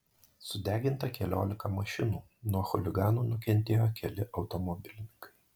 sudeginta keliolika mašinų nuo chuliganų nukentėjo keli automobilininkai